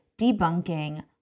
debunking